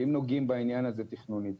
ואם נוגעים בעניין הזה תכנונית,